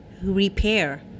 repair